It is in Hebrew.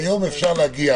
היום אפשר להגיע.